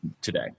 today